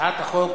הצעת החוק